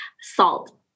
salt